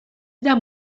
dira